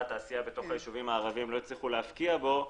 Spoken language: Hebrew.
התעשייה בתוך הישובים הערבים לא הצליחו להבקיע בו,